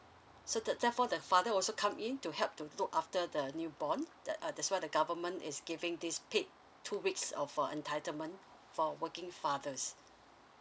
so that therefore the father also come in to help to look after the new born that uh that's why the government is giving this paid two weeks of uh entitlement for working fathers